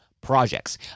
projects